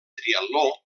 triatló